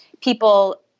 people